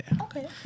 Okay